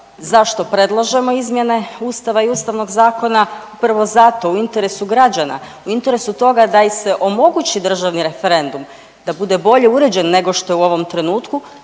zašto predlažemo izmjene Ustava i Ustavnog zakona. Prvo zato u interesu građana, u interesu toga da im se omogući državni referendum, da bude bolje uređen nego što je u ovom trenutku